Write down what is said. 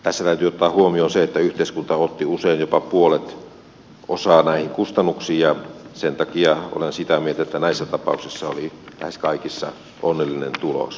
tässä täytyy ottaa huomioon se että yhteiskunta otti usein osaa jopa puoleen näistä kustannuksista ja sen takia olen sitä mieltä että näissä tapauksissa oli lähes kaikissa onnellinen tulos